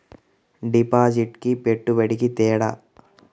డిపాజిట్కి పెట్టుబడికి తేడా?